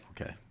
Okay